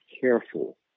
careful